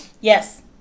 Yes